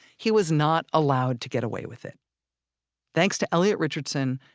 he was not allowed to get away with it thanks to elliot richardson,